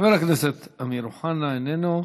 חבר הכנסת אמיר אוחנה, איננו.